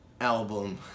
album